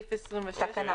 בסעיף 26. תקנה.